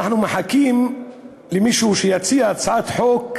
ואנחנו מחכים למישהו שיציע הצעת חוק